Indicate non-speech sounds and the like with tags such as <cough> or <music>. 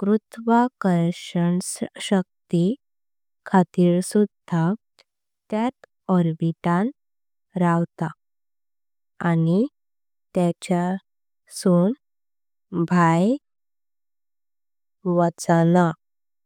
गुरुत्वाकर्षण <hesitation> शक्ती। खारीत सुधा त्यांत ऑर्बिट तान रवतात। आणि त्याचें सून भायर वाचना।